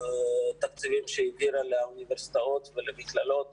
בתקציבים שהיא העבירה לאוניברסיטאות ולמכללות